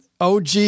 OG